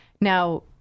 Now